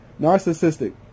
Narcissistic